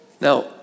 Now